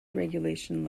regulation